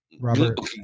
robert